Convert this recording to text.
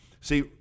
See